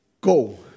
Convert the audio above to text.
go